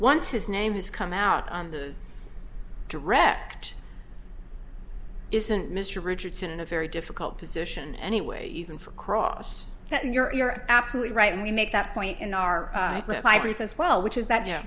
once his name has come out on the direct isn't mr richardson in a very difficult position anyway even for cross that you're absolutely right and we make that point in our brief as well which is that you know